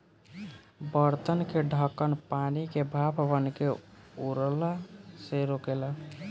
बर्तन के ढकन पानी के भाप बनके उड़ला से रोकेला